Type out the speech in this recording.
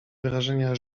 wyrażenia